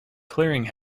clearing